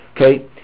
Okay